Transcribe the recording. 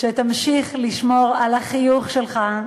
שתמשיך לשמור על החיוך שלך,